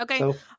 Okay